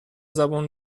زبون